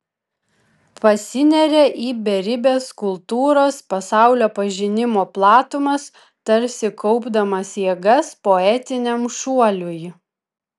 pasineria į beribes kultūros pasaulio pažinimo platumas tarsi kaupdamas jėgas poetiniam šuoliui